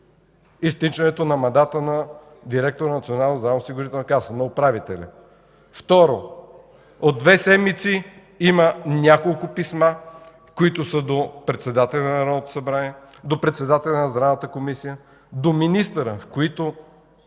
на Националната здравноосигурителна каса. Второ, от две седмици има няколко писма, които са до председателя на Народното събрание, до председателя на Здравната комисия, до министъра, в които